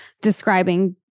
describing